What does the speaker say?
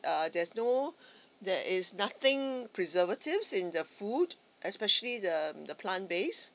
uh there's no there is nothing preservatives in the food especially the the plant based